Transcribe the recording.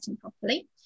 properly